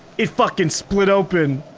it fucking split open.